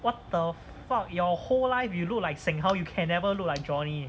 what the fuck your whole life you look like seng hao you can never look like johnny